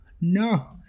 No